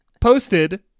Posted